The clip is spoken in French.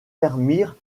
permirent